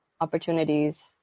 opportunities